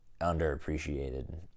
underappreciated